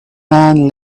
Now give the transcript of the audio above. man